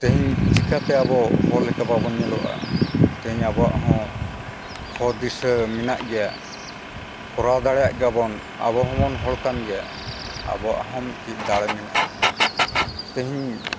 ᱛᱮᱦᱮᱧ ᱪᱤᱠᱟᱹᱛᱮ ᱟᱵᱚ ᱦᱚᱲ ᱞᱮᱠᱟ ᱵᱟᱵᱚᱱ ᱧᱮᱞᱚᱜᱼᱟ ᱛᱮᱦᱮᱧ ᱟᱵᱚᱣᱟᱜ ᱦᱚᱸ ᱦᱚᱨ ᱫᱤᱥᱟᱹ ᱢᱮᱱᱟᱜ ᱜᱮᱭᱟ ᱠᱚᱨᱟᱣ ᱫᱟᱲᱮᱭᱟᱜ ᱜᱮᱭᱟ ᱟᱵᱚ ᱦᱚᱸᱵᱚᱱ ᱦᱚᱲ ᱠᱟᱱ ᱜᱮᱭᱟ ᱟᱵᱚᱣᱟᱜ ᱦᱚᱸ ᱢᱤᱫᱴᱤᱡ ᱫᱟᱲᱮ ᱢᱮᱱᱟᱜᱼᱟ ᱛᱮᱦᱮᱧ